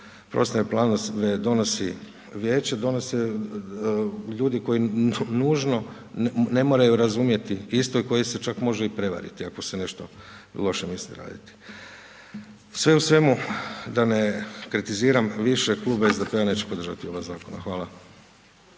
prostorni plan se ne donosi vijeće, donose ljudi koji nužno ne moraju razumjeti, isto kojih će čak može i prevariti ako se nešto loše misli raditi. Sve u svemu da ne kritiziram više. Klub SDP-a neće podržati ovaj zakon. Hvala.